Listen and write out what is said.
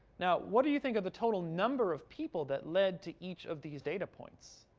now what do you think of the total number of people that led to each of these data points?